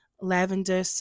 lavender